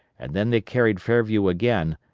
and then they carried fairview again,